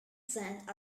sand